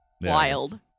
Wild